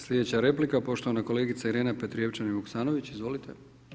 Sljedeća replika poštovana kolegica Irena Petrijevčanih Vuksanović, izvolite.